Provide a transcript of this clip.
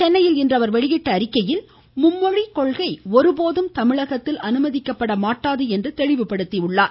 சென்னையில் இன்று அவர் வெளியிட்டுள்ள அறிக்கையில் மும்மொழி கொள்கை ஒருபோதும் தமிழகத்தில் அனுமதிக்கப்பட மாட்டாது என தெளிவுபடுத்தினார்